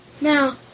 Now